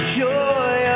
joy